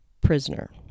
prisoner